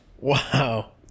Wow